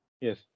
Yes